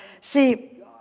See